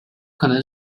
可能